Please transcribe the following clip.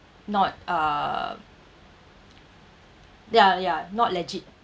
not uh ya ya not legit